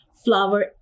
flower